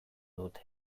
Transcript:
dute